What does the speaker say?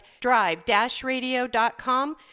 drive-radio.com